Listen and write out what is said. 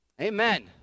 Amen